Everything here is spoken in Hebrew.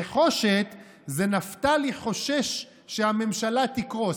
נחוש"ת, נפתלי חושש שהממשלה תקרוס.